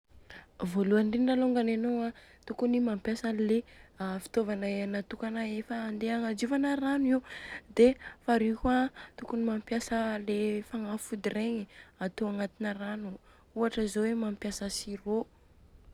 Voalohany indrindra alôngany anô an tokony mampiasa anle fitôvana efa natokana fagnadiovana rano io. Dia faharoy kôa an tokony mampiasa anle fagnafody regny atô agnatina rano ohatra zô hoe mampiasa sur eau.